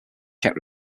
czech